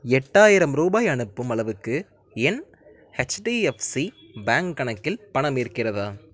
எட்டாயிரம் ரூபாய் அனுப்பும் அளவுக்கு என் ஹெச்டிஎஃப்சி பேங்க் கணக்கில் பணம் இருக்கிறதா